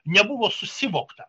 nebuvo susivokta